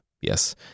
yes